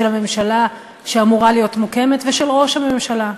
הממשלה שאמורה להיות מוקמת ושל ראש הממשלה.